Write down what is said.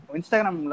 Instagram